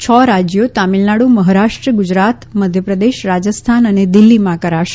આ અભ્યાસ છ રાજ્યો તામિલનાડુ મહારાષ્ટ્ર ગુજરાત મધ્યપ્રદેશ રાજસ્થાન અને દિલ્ફીમાં કરાશે